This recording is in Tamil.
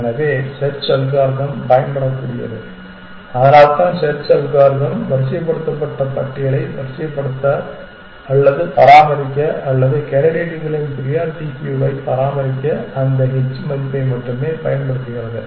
எனவே செர்ச் அல்காரிதம் பயன்படக்கூடியது அதனால்தான் செர்ச் அல்காரிதம் வரிசைப்படுத்தப்பட்ட பட்டியலை வரிசைப்படுத்த அல்லது பராமரிக்க அல்லது கேண்டிடேட்களின் ப்ரியாரிட்டி க்யூவை பராமரிக்க அந்த h மதிப்பை மட்டுமே பயன்படுத்துகிறது